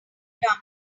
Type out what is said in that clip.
dumb